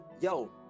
yo